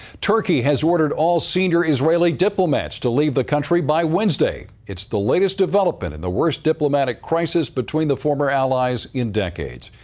turkey has ordered all senior israeli diplomats to leave the country by wednesday. it's the latest development in the worst diplomatic crisis between the former allies in decades.